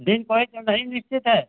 दिन कोई सा नहीं निश्चित है